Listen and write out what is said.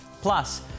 Plus